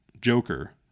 Joker